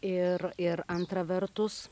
ir ir antra vertus